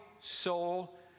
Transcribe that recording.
soul